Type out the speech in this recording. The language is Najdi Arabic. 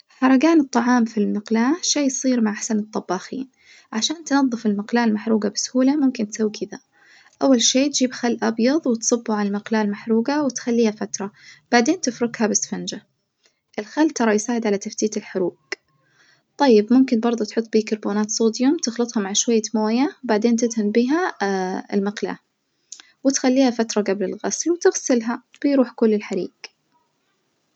حرجان الطعام في المقلاة شي يصير مع أحسن الطباخين, عشان تنظف المقلاة المحروجة بسهولة ممكن تسوي كدا, أول شي تجيب خل أبيض وتصبه على المجلاة المحروجة وتخليها فترة، بعجين تفركها بسفنجة الخل ترى يساعد لى تفتيت الحروج طيب ممكن بردو تحط بيكربومات صوديوم تخلطها مع شوية موية بعدين تدهن بيها المقلاة وتخليها فترة قبل الغسل وتغسلها، بيروح كل الحريج.